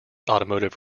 automotive